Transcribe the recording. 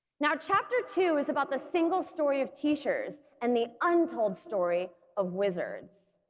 now chapter two is about the single story of teachers and the untold story of wizards.